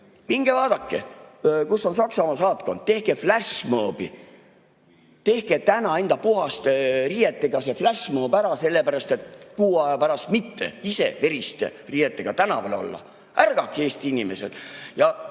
Minge vaadake, kus on Saksamaa saatkond, tehkeflashmob'i. Tehke täna enda puhaste riietega seeflashmobära, sellepärast et kuu aja pärast võite ise veriste riietega tänaval olla. Ärgake, Eesti inimesed!